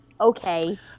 Okay